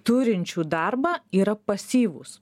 turinčių darbą yra pasyvūs